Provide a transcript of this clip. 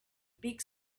big